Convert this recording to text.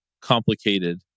complicated